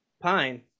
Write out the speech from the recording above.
Pine